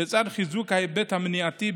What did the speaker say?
לצד חיזוק ההיבט המניעתי,